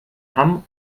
hamm